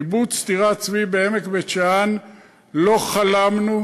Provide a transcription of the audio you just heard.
קיבוץ טירת-צבי בעמק בית-שאן, לא חלמנו,